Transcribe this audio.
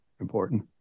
important